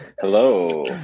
Hello